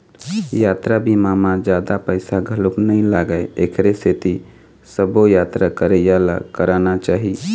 यातरा बीमा म जादा पइसा घलोक नइ लागय एखरे सेती सबो यातरा करइया ल कराना चाही